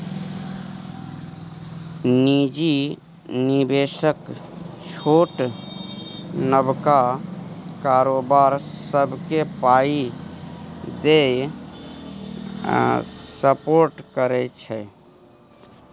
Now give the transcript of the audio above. निजी निबेशक छोट नबका कारोबार सबकेँ पाइ दए सपोर्ट करै छै